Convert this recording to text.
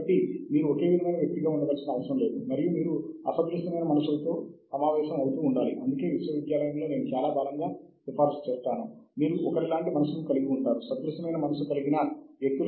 కాబట్టి ఒక జర్నల్ తక్కువ లేదా అంతకంటే ఎక్కువ ముఖ్యమైనదిగా చెప్పటానికి ఇది ఒక సంపూర్ణ పద్ధతి కాదు